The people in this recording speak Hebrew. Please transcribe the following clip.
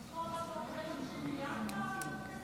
מנסור עבאס לא קיבל 50 מיליארד מהכסף